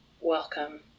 Welcome